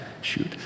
shoot